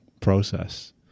process